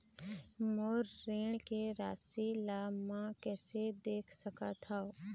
मोर ऋण के राशि ला म कैसे देख सकत हव?